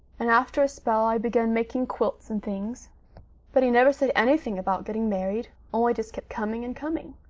and after a spell i begun making quilts and things but he never said anything about getting married, only just kept coming and coming.